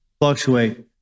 fluctuate